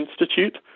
Institute